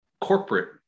corporate